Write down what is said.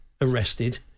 arrested